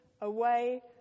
away